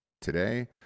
today